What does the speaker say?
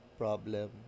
problem